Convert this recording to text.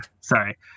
sorry